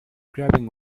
grabbing